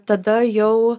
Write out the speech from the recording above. tada jau